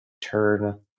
turn